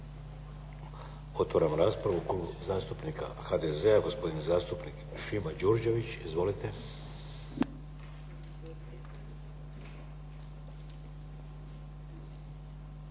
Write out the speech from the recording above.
Otvaram raspravu. Klub zastupnika HDZ-a, gospodin zastupnik Šima Đurđević. Izvolite.